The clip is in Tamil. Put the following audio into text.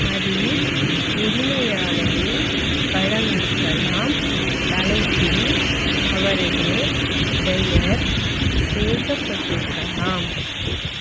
அதில் உரிமையாளரின் படம் இருக்கலாம் தலைப்பில் அவரது பெயர் சேர்க்கப்பட்டிருக்கலாம்